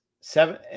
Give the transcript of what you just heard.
seven